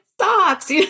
socks